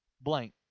blank